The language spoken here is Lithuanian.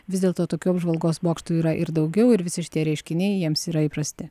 vis dėlto tokių apžvalgos bokštų yra ir daugiau ir visi šitie reiškiniai jiems yra įprasti